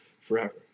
forever